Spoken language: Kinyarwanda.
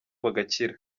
bagakira